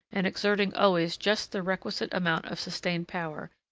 and exerting always just the requisite amount of sustained power,